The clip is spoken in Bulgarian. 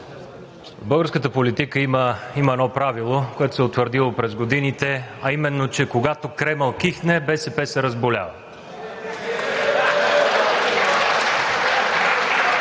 българската политика има едно правило, което се е утвърдило през годините, а именно че, когато Кремъл кихне, БСП се разболява.